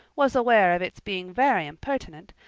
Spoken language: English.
was aware of its being very impertinent,